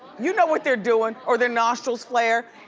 you know what they're doing or their nostrils flare.